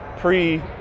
pre